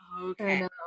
Okay